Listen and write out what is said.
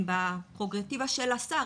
הם בפררוגטיבה של השר,